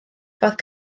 cafodd